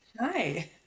Hi